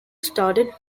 started